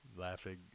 laughing